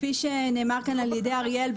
כפי שנאמר כאן על ידי אריאל,